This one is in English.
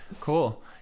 cool